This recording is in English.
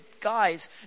guys